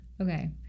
okay